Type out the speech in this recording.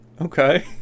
Okay